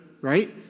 right